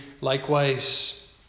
likewise